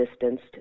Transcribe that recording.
distanced